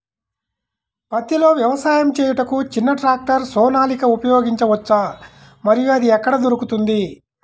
పత్తిలో వ్యవసాయము చేయుటకు చిన్న ట్రాక్టర్ సోనాలిక ఉపయోగించవచ్చా మరియు అది ఎక్కడ దొరుకుతుంది?